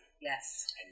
Yes